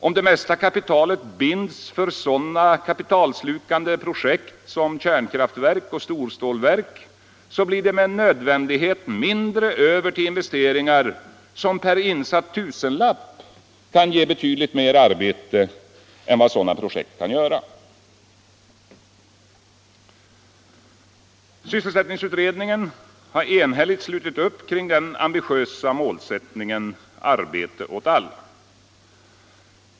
Om det mesta kapitalet binds för sådana kapitalslukande projekt som kärnkraftverk och storstålverk, så blir det med nödvändighet mindre över till investeringar som per insatt tusenlapp kan ge betydligt mer arbete än vad sådana projekt kan göra. Sysselsättningsutredningen har enhälligt slutit upp kring den ambitiösa målsättningen ”arbete åt alla”.